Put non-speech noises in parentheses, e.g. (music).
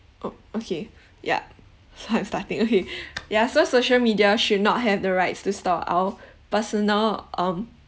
o~ okay ya I'm starting okay (breath) ya so social media should not have the rights to store our (breath) personal um